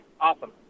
Awesome